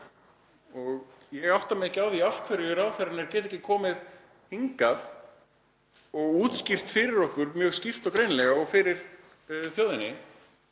á. Ég átta mig ekki á því af hverju ráðherrarnir geta ekki komið hingað og útskýrt fyrir okkur mjög skýrt og greinilega og fyrir þjóðinni